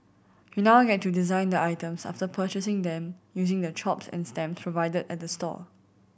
you now get to design the items after purchasing them using the chops and stamp provided at the store